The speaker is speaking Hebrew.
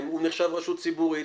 הוא נחשב רשות ציבורית,